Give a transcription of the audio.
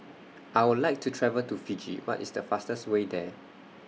I Would like to travel to Fiji What IS The fastest Way There